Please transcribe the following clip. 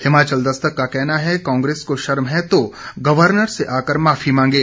हिमाचल दस्तक का का कहना है कांग्रेस को शर्म है तो गवर्नर से आकर माफी मांगे